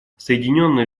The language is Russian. соединенные